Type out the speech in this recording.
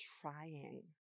trying